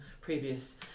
previous